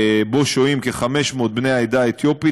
ששוהים בו כ-500 בני העדה האתיופית.